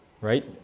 right